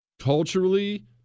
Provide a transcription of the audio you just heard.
Culturally